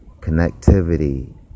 connectivity